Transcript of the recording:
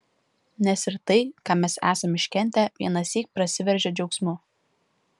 nes ir tai ką mes esam iškentę vienąsyk prasiveržia džiaugsmu